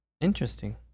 interesting